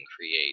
create